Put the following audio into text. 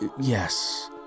Yes